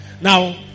Now